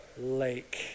lake